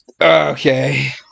Okay